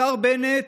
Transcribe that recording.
השר בנט